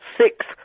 six